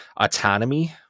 autonomy